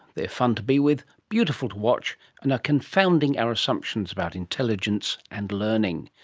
they are fun to be with, beautiful to watch and are confounding our assumptions about intelligence and learning.